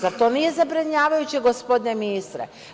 Zar to nije zabrinjavajuće, gospodine ministre?